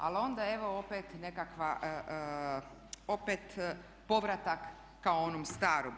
Al onda evo opet nekakva opet povratak ka onom starom.